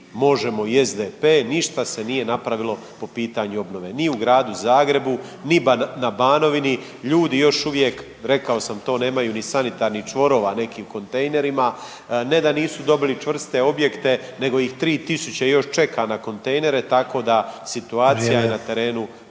MOŽEMO i SDP. Ništa se nije napravilo po pitanju obnove ni u gradu Zagrebu, ni na Banovini. Ljudi još uvijek rekao sam to nemaju ni sanitarnih čvorova neki u kontejnerima. Ne da nisu dobili čvrste objekte nego ih 3000 još čeka na kontejnere, tako da situacija je na terenu